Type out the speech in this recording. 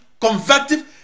convective